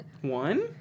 One